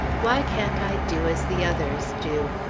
why can't i do as the others do?